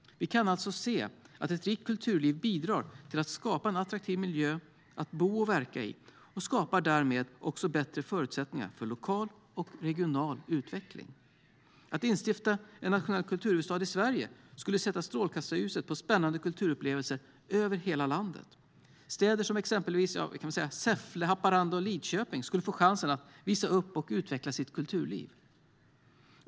Vi kan alltså se att ett rikt kulturliv bidrar till att skapa en attraktiv miljö att bo och verka i och därmed också bättre förutsättningar för lokal och regional utveckling. Att skapa en nationell kulturhuvudstad i Sverige skulle sätta strålkastarljuset på spännande kulturupplevelser över hela landet. Städer som Säffle, Haparanda och Lidköping skulle få chansen att visa upp och utveckla sitt kulturliv.